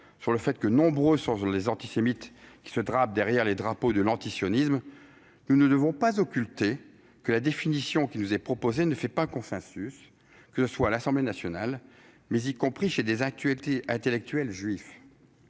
sur le fait que nombreux sont les antisémites qui se drapent derrière les drapeaux de l'antisionisme, nous ne devons pas occulter que la définition qui nous est proposée ne fait pas consensus, à l'Assemblée nationale notamment, mais aussi et y compris parmi les intellectuels juifs.